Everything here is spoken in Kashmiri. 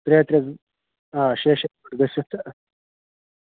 ترٛےٚ ترٛےٚ آ گٲنٛٹہٕ گٔژِتھ تہٕ